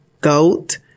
goat